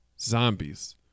zombies